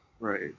Right